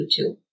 YouTube